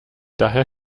daher